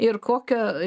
ir kokią